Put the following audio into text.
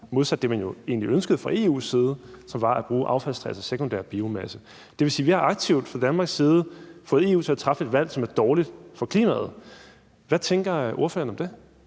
modsat det, man egentlig ønskede fra EU's side, hvilket var at bruge affaldstræ, altså sekundær biomasse. Det vil sige, at vi aktivt fra Danmarks side har fået EU til at træffe et valg, som er dårligt for klimaet. Hvad tænker ordføreren om det?